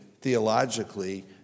theologically